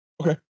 Okay